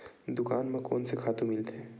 दुकान म कोन से खातु मिलथे?